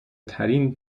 ترین